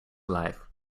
life